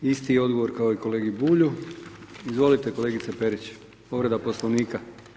Isti odgovor kao i kolegi Bulju, izvolite, kolegice Perić, povreda poslovnika.